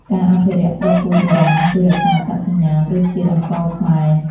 ការអភិរក្សគ្រាប់ពូជបុរាណ ជួយរក្សាអត្តសញ្ញាណរសជាតិអង្ករខ្មែរ។